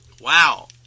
Wow